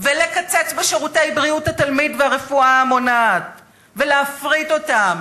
ולקצץ בשירותי בריאות התלמיד והרפואה המונעת ולהפריט אותם